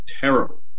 Terrible